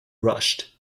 rushed